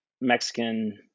Mexican